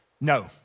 No